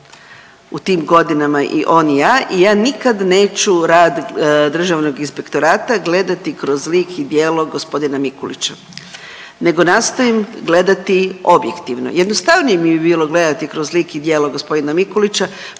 u tim godinama i on i ja i ja nikad neću rad državnog inspektorata gledati kroz lik i djelo g. Mikulića nego nastojim gledati objektivno, jednostavnije bi mi bilo gledati kroz lik i djelo g. Mikulića,